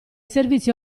servizi